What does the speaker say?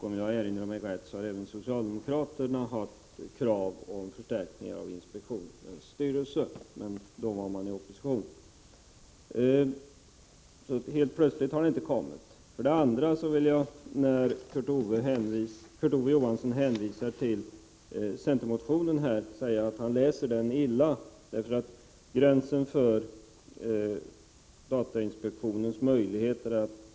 Om jag erinrar mig rätt har även socialdemokraterna haft krav på förstärkningar av inspektionens styrelse, men då var man i opposition. Helt plötsligt har frågan inte kommit upp. Eftersom Kurt Ove Johansson hänvisar till centermotionen, vill jag säga att han läser den illa. Om gränsen för datainspektionens möjligheter att — Prot.